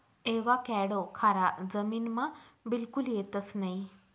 avocado खारा जमीनमा बिलकुल येतंस नयी